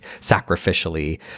sacrificially